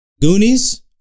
Goonies